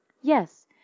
Yes